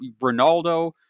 ronaldo